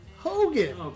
Hogan